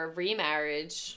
remarriage